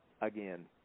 Again